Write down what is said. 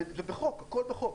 הכול בחוק.